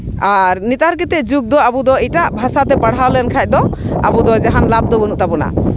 ᱟᱨ ᱱᱮᱛᱟᱨ ᱠᱟᱛᱮᱫ ᱡᱩᱜᱽ ᱫᱚ ᱟᱵᱚ ᱫᱚ ᱮᱴᱟᱜ ᱵᱷᱟᱥᱟᱛᱮ ᱯᱟᱲᱦᱟᱣ ᱞᱮᱱᱠᱷᱟᱡ ᱫᱚ ᱟᱵᱚᱫᱚ ᱡᱟᱦᱟᱱ ᱞᱟᱵᱽ ᱫᱚ ᱵᱟᱹᱱᱩᱜ ᱛᱟᱵᱚᱱᱟ